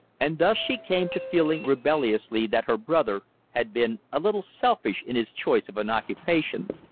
and thus she came to feeling rebelliously that her brother had been a little selfish in his choice of an occupation,